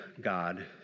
God